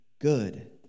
good